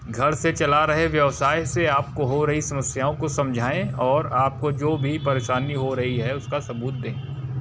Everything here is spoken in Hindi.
घर से चला रहे व्यवसाय से आपको हो रही समस्याओं को समझाएँ और आपको जो भी परेशानी हो रही है उसका सबूत दें